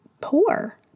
poor